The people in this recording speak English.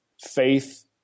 faith